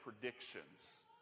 predictions